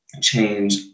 change